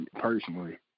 personally